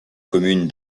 commune